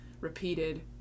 repeated